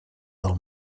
del